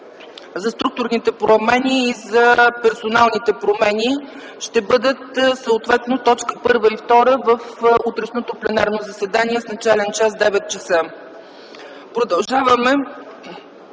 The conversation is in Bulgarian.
за структурните и за персоналните промени, ще бъдат съответно точка първа и втора в утрешното пленарно заседание с начален час - 9,00. 11.